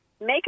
make